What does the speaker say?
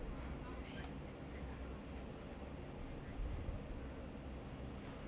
the deaths and so ya that that is then there's there's no ya educating them set last nasdaq um